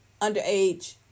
underage